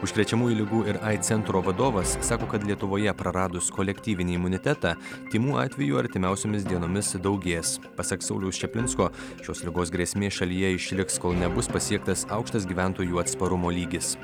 užkrečiamųjų ligų ir aids centro vadovas sako kad lietuvoje praradus kolektyvinį imunitetą tymų atvejų artimiausiomis dienomis daugės pasak sauliaus čaplinsko šios ligos grėsmė šalyje išliks kol nebus pasiektas aukštas gyventojų atsparumo lygis